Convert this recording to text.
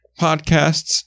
podcasts